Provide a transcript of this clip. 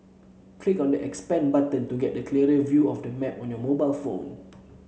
click on the expand button to get a clearer view of the map on your mobile phone